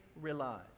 relies